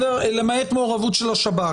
למעט מעורבות של השב"כ,